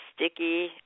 sticky